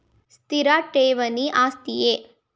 ಸ್ಥಿರ ಠೇವಣಿ ಆಸ್ತಿಯೇ?